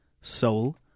soul